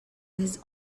his